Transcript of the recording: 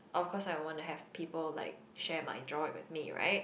of course I want to have people like share my joy with me right